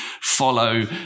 follow